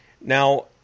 now